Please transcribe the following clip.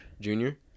Junior